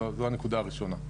זו הנקודה הראשונה.